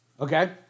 Okay